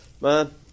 Man